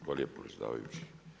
Hvala lijepo predsjedavajući.